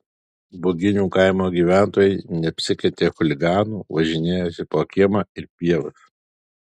buginių kaimo gyventojai neapsikentė chuliganų važinėjosi po kiemą ir pievas